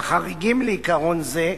והחריגים לעיקרון זה,